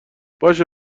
باشه